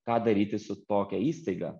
ką daryti su tokia įstaiga